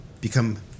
become